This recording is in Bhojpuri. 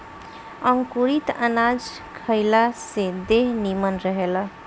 अंकुरित अनाज खइला से देह निमन रहेला